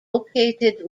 located